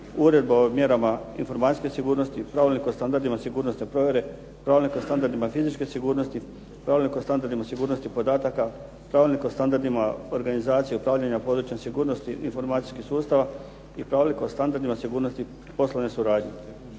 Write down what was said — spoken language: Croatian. Uredba o mjerama informacijske sigurnosti, Pravilnik o standardima sigurnosne provjere, Pravilnik o standardima fizičke sigurnosti, Pravilnik o standardima sigurnosti podataka, Pravilnik o standardima organizacije, upravljanja područjem sigurnosti informacijskih sustava i Pravilnik o standardima sigurnosti poslovne suradnje.